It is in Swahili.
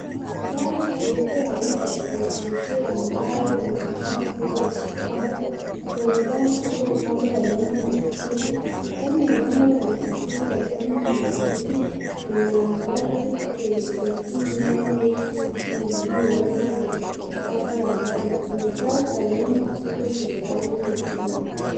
Gari jeupe aina ya SUV ambayo inaonekana kuwa ni Subaru, ikionekana kutoka upande wa nyuma na kushoto. Gari ina namba ya usajili ya Kenya yenye herufi ya nambari KCE 982P, iliyowekwa kwenye bati la njano. Kuna taa za nyuma kubwa zenye rangi nyekundu.